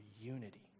unity